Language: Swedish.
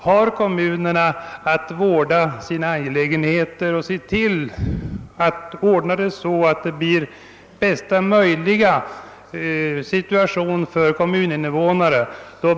Har kommunerna att vårda sina angelägenheter, bör de självfallet kunna diskutera och vidta åtgärder för att skapa bästa möjliga situation för kommuninvånarna.